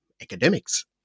academics